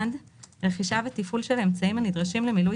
(1)רכישה ותפעול של אמצעים הנדרשים למילוי